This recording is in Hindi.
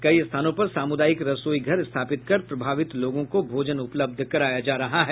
कई स्थानों पर सामुदायिक रसोई घर स्थापित कर प्रभावित लोगों को भोजन उपलब्ध कराया जा रहा है